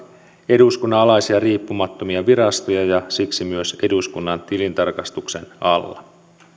eduskunnan alaisia riippumattomia virastoja ja siksi myös eduskunnan tilintarkastuksen alla